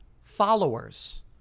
followers